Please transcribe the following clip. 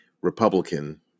Republican